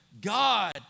God